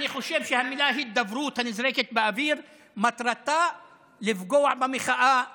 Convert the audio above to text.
אני חושב שהמילה "הידברות" הנזרקת לאוויר מטרתה לפגוע במחאה הנהדרת,